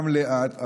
גם לאט,